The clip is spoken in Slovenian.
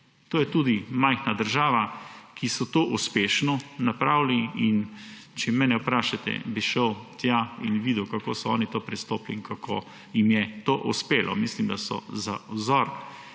To je tudi majhna država, kjer so to uspešno napravili, in če mene vprašate, bi šel tja in videl, kako so oni k temu prestopili in kako jim je to uspelo. Mislim, da so za vzor